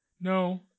No